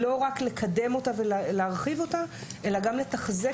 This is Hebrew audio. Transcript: לא רק לקדם אותה ולהרחיב אותה אלא גם לתחזק